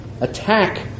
attack